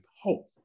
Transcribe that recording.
hope